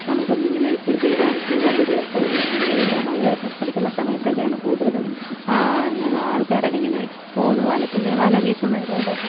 നമുക്കും ഇങ്ങനെ ഒക്കെ ചെയ്താൽ ചെയ്താൽ ഒരു രസമുള്ളു നമ്മൾ ഈ വ മഴയൊക്കെ പിടിക്കുന്ന സമയത്തൊക്കെയാണ് കൂടുതലും ഞങ്ങൾ ആൾക്കാരൊക്കെ ഇങ്ങനെ പോവുന്നത് വല പിന്നെയും വല വീശുന്നവരോട്